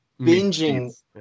binging